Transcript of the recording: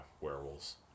werewolves